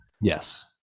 Yes